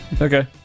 Okay